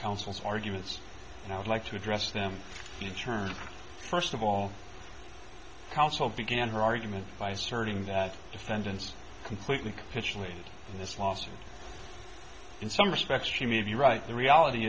counsel arguments and i would like to address them to turn first of all household began her argument by asserting that defendants completely capitulated in this lawsuit in some respects she made the right the reality